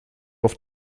auf